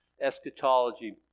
Eschatology